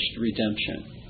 redemption